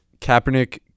Kaepernick